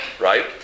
right